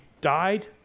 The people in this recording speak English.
died